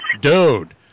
Dude